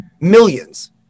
millions